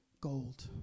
gold